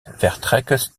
vertrekt